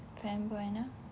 fem boy நா:naa